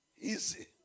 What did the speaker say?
easy